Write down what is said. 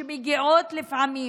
שיכולות לגרום לפעמים,